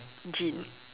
gin